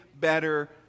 better